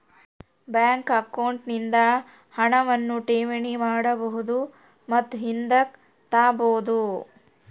bank account ನಿಂದ ಹಣವನ್ನು ಠೇವಣಿ ಮಾಡಬಹುದು ಮತ್ತು ಹಿಂದುಕ್ ತಾಬೋದು